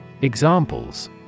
Examples